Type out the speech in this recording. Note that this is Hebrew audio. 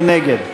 מי נגד?